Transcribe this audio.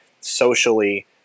socially